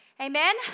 Amen